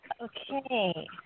Okay